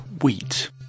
wheat